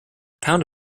pound